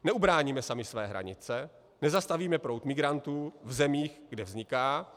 Neubráníme sami své hranice, nezastavíme proud migrantů v zemích, kde vzniká.